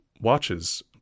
watches